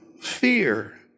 fear